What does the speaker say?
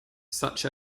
such